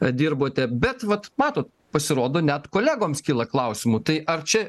dirbote bet vat matot pasirodo net kolegoms kyla klausimų tai ar čia